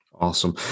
Awesome